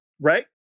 Right